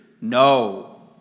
no